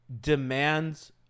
demands